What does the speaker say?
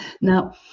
Now